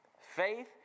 Faith